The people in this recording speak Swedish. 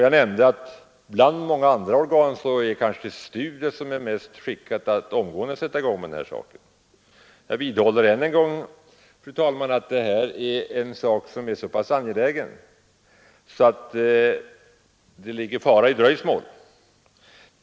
Jag nämnde i det sammanhanget att det organ som är bäst skickat att genast sätta i gång med den saken är Styrelsen för teknisk utveckling . Jag vidhåller, fru talman, att detta är en så angelägen sak att det ligger fara i dröjsmål.